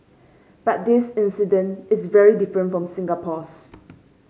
but this incident is very different from Singapore's